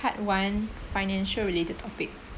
part one financial related topic